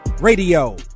radio